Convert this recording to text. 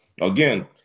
Again